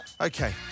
Okay